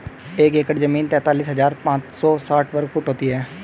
एक एकड़ जमीन तैंतालीस हजार पांच सौ साठ वर्ग फुट होती है